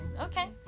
Okay